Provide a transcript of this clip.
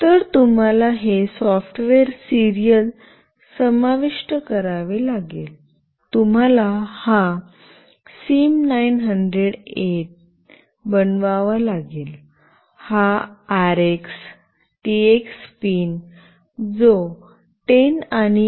तर तुम्हाला हे सॉफ्टवेअर सिरियल समाविष्ट करावे लागेल तुम्हाला हा सिम 900ए बनवावा लागेल हा आरएक्स टीएक्स पिन जो 10 आणि 11 आहे